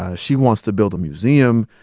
ah she wants to build a museum.